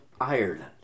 Ireland